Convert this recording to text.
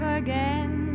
again